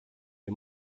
les